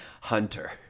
Hunter